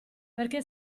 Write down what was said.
perché